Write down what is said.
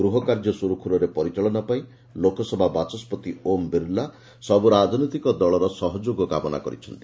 ଗୃହକାର୍ଯ୍ୟ ସୁରୁଖୁରୁରେ ପରିଚାଳନା ପାଇଁ ଲୋକସଭା ବାଚସ୍ବତି ଓମ୍ ବିଲା ସବୁ ରାଜନୈତିକ ଦଳଗୁଡ଼ିକର ସହଯୋଗ କାମନା କରିଛନ୍ତି